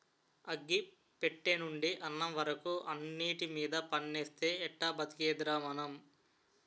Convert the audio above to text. అగ్గి పెట్టెనుండి అన్నం వరకు అన్నిటిమీద పన్నేస్తే ఎట్టా బతికేదిరా మనం?